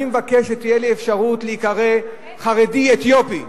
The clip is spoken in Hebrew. אני מבקש שתהיה לי אפשרות להיקרא חרדי אתיופי.